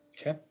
Okay